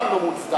גם לא מוצדק,